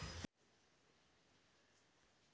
చెల్లింపు వ్యవస్థ అంటే ఏమిటి?